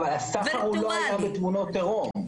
הסחר לא היה בתמונות עירום,